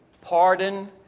pardon